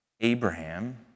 Abraham